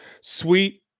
sweet